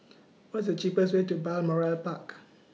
What's The cheapest Way to Balmoral Park